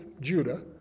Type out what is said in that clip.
judah